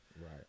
Right